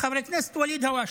חבר הכנסת ואליד אלהואשלה,